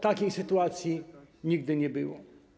Takiej sytuacji nigdy nie było.